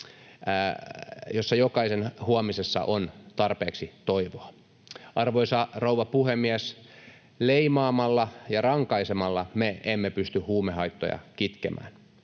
jossa jokaisen huomisessa on tarpeeksi toivoa. Arvoisa rouva puhemies! Leimaamalla ja rankaisemalla me emme pysty huumehaittoja kitkemään.